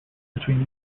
between